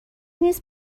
نیست